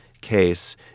case